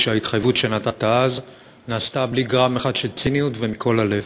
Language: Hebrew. שההתחייבות שנתת אז נעשתה בלי גרם אחד של ציניות ומכל הלב.